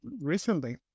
recently